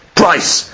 price